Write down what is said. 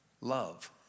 Love